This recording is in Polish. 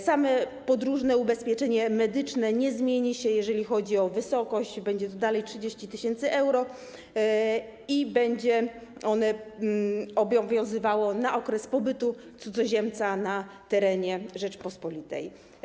Same podróżne ubezpieczenie medyczne nie zmieni się, jeżeli chodzi o wysokość, będzie to dalej 30 tys. euro i będzie ono obowiązywało na okres pobytu cudzoziemca na terenie Rzeczypospolitej.